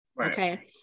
Okay